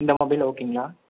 இந்த மொபைல் ஓகேங்களா